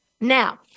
Now